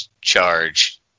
charge